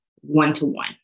one-to-one